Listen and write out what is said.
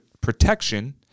protection